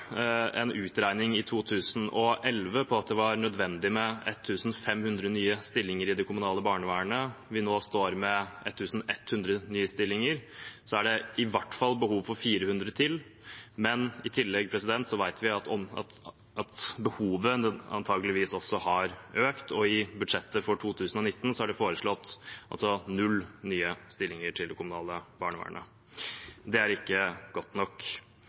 en utregning i 2011 om at det var nødvendig med 1 500 nye stillinger i det kommunale barnevernet, og vi nå står med 1 100 nye stillinger, er det i hvert fall behov for 400 til. I tillegg vet vi at behovet antakeligvis har økt, og i budsjettet for 2019 er det foreslått 0 nye stillinger til det kommunale barnevernet. Det er ikke godt nok.